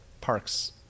parks